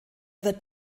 wird